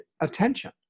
attention